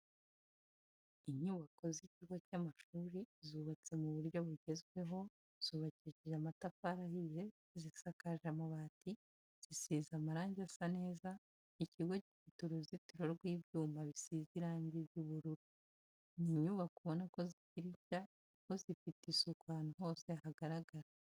Inyubako z'ikigo cy'amashuri zubatse mu buryo bugezweho, zubakishije amatafari ahiye zisakaje amabati zisize amarange asa neza, ikigo gifite uruzitiro rw'ibyuma bisize irangi ry'ubururu. Ni inyubako ubona ko zikiri nshya kuko zifite isuku ahantu hose hagaragara.